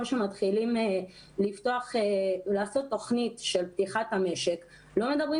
שמתחילים לעשות תוכנית של פתיחת המשק אבל לא מדברים